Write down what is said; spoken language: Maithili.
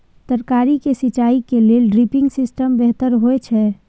तरकारी के सिंचाई के लेल ड्रिपिंग सिस्टम बेहतर होए छै?